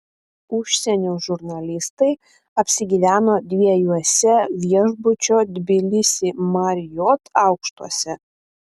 užsienio žurnalistai apsigyveno dviejuose viešbučio tbilisi marriott aukštuose